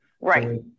right